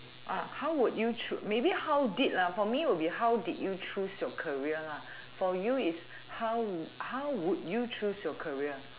uh how would you choose maybe how did lah for me would be how did you choose your career lah for you is how w~ how would your choose your career